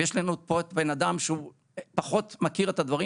ויש לנו פה בן אדם שפחות מכיר את הדברים,